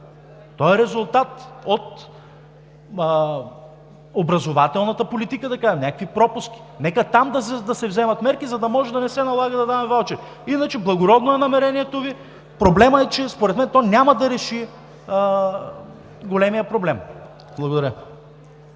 е резултат от образователната политика, да кажем, някакви пропуски. Нека там да се вземат мерки, за да може да не се налага да даваме ваучери. Благородно е намерението Ви иначе. Проблемът е, че, според мен, то няма да реши големия проблем. Благодаря.